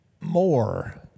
More